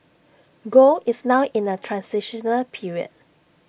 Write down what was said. gold is now in A transitional period